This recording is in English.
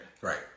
Right